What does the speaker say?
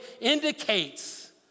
indicates